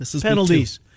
penalties